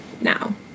now